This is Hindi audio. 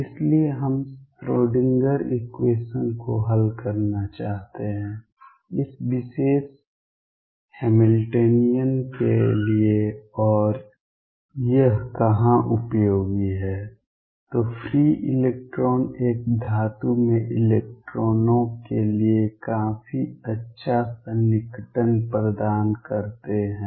इसलिए हम श्रोडिंगर इक्वेशन को हल करना चाहते हैं इस विशेष हैमिल्टनियन के लिए और यह कहाँ उपयोगी है तो फ्री इलेक्ट्रॉन एक धातु में इलेक्ट्रॉनों के लिए काफी अच्छा सन्निकटन प्रदान करते हैं